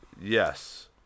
yes